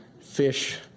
Fish